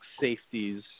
safeties